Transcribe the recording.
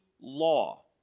law